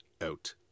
Out